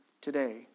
today